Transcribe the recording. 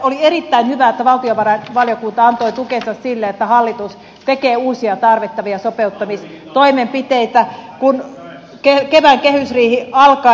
oli erittäin hyvä että valtiovarainvaliokunta antoi tukensa sille että hallitus tekee uusia tarvittavia sopeuttamistoimenpiteitä kun kevään kehysriihi alkaa